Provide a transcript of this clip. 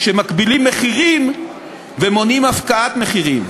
שמגבילים מחירים ומונעים הפקעת מחירים.